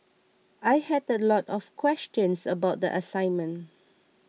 I had a lot of questions about the assignment